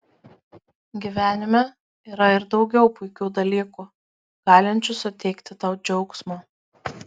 gyvenime yra ir daugiau puikių dalykų galinčių suteikti tau džiaugsmo